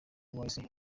wise